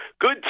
Good